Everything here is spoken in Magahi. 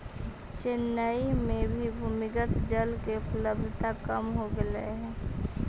चेन्नई में भी भूमिगत जल के उपलब्धता कम हो गेले हई